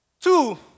Two